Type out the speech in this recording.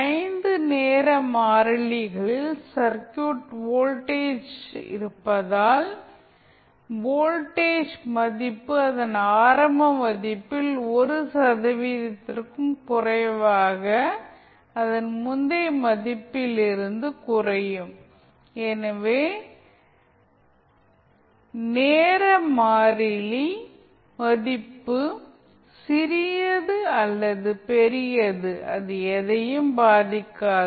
5 நேர மாறிலிகளில் circuit voltage இருப்பதால் வோல்டேஜ் மதிப்பு அதன் ஆரம்ப மதிப்பில் 1 சதவீதத்திற்கும் குறைவாகக் அதன் முந்தைய மதிப்பிலிருந்து குறையும் எனவே நேர மாறியின் மதிப்பு சிறியது அல்லது பெரியது அது எதையும் பாதிக்காது